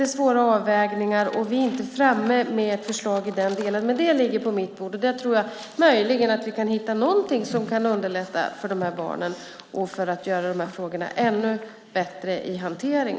Det är svåra avvägningar. Vi är inte framme med ett förslag i den delen. Det ligger på mitt bord. Där tror jag möjligen att vi kan hitta någonting som kan underlätta för de här barnen och förbättra hanteringen av de här frågorna.